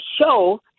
show